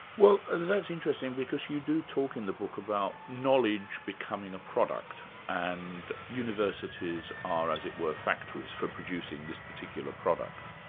well ah that's interesting because you do talk in the book about knowledge becoming a product and universities are, as it were, factories for producing this particular product.